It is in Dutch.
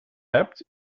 hebt